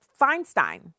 Feinstein